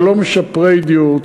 זה לא משפרי דיור,